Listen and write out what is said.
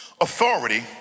authority